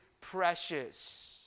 precious